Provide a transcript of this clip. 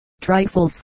Trifles